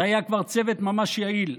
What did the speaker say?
זה היה כבר צוות ממש יעיל,